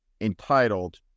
entitled